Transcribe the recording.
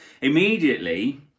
immediately